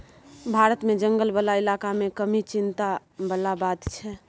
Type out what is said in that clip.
भारत मे जंगल बला इलाका मे कमी चिंता बला बात छै